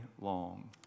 long